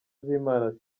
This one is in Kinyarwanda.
z’imana